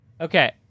okay